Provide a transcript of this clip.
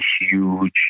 huge